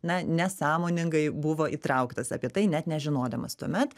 na nesąmoningai buvo įtrauktas apie tai net nežinodamas tuomet